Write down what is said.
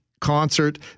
Concert